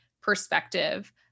perspective